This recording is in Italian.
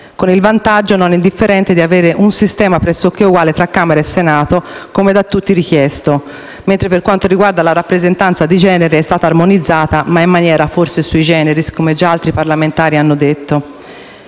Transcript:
con il vantaggio non indifferente di avere un sistema pressoché uguale tra Camera dei deputati e Senato, come da tutti richiesto. Per quel che riguarda la rappresentanza di genere, essa è stata armonizzata, ma forse in maniera *sui generis*, come già altri parlamentari hanno detto.